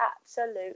absolute